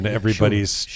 everybody's